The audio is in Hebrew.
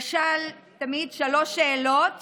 אשאל תמיד שלוש שאלות